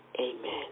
Amen